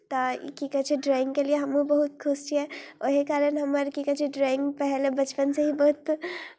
तऽ ई की कहै छै ड्रॉइंग केलियै हमहूँ बहुत खुश छियै ओही कारण हमर की कहै छै ड्रॉइंग पहिने बचपनसँ ही बहुत